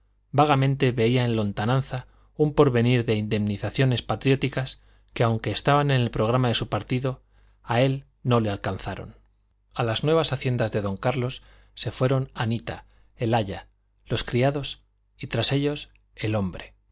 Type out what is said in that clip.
vagamente veía en lontananza un porvenir de indemnizaciones patrióticas que aunque estaban en el programa de su partido a él no le alcanzaron a las nuevas haciendas de don carlos se fueron anita el aya los criados y tras ellos el hombre